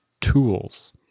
Tools